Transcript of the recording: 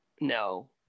no